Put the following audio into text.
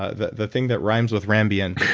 ah the the thing that rhymes with rambien